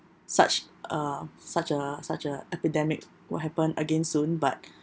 such uh such a such a epidemic would happen again soon but